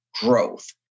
growth